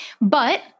But-